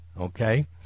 Okay